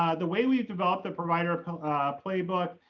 ah the way we've developed the provider playbook.